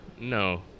No